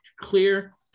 clear